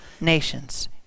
nations